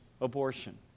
abortion